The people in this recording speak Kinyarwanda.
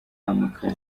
amakara